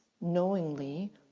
knowingly